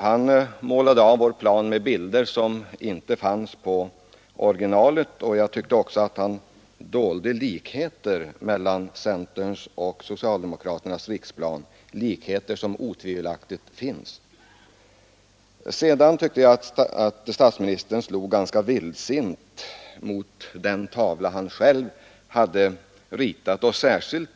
Han målade av vår plan med bilder som inte fanns på originalet. Han dolde också likheter mellan centerns och socialdemokra ternas riksplan, likheter som otvivelaktigt finns. Sedan tyckte jag att statsministern slog ganska vildsint mot den tavla som han själv ritat. Särskilt